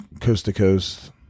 coast-to-coast